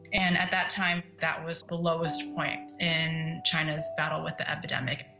and at that time, that was the lowest point in china's battle with the epidemic.